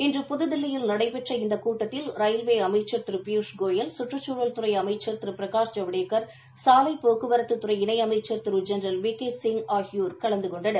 இன்று புதுதில்லியில் நடைபெற்ற இந்த கூட்டத்தில் ரயில்வே அமைச்சர் திரு பியூஷ் கோயல் சுற்றுச்சூழல் துறை அமைச்சா் திரு பிரகாஷ் ஜவடேக்கா் சாலை போக்குவரத்துத் துறை இணை அமைச்சா் திரு ஜெனரல் வி கே சிங் ஆகியோர் கலந்து கொண்டனர்